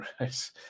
Right